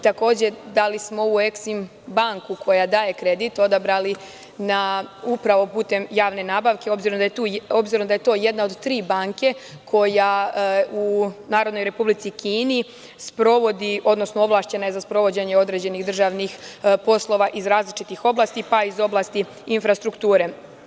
Takođe, da li smo u „Eksim“ banku koja daje kredit odabrali upravo putem javne nabavke, obzirom da je to jedna od tri banke koja u Narodnoj Republici Kini sprovodi, odnosno ovlašćena je za sprovođenje određenih državnih poslova iz različitih oblasti, pa i iz oblasti infrastrukture.